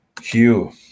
Hugh